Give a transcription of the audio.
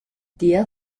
der